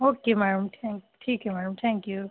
okay madam thank ठीक है madam thank you